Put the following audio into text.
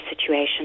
situation